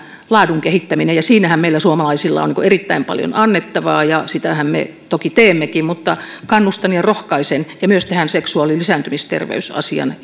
laadun kehittäminen ja siinähän meillä suomalaisilla on erittäin paljon annettavaa ja sitähän me toki teemmekin mutta kannustan ja rohkaisen siihen ja myös seksuaali ja lisääntymisterveysasian